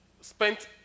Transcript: spent